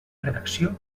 redacció